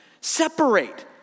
separate